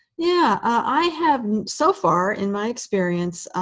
yeah, i have so far, in my experience,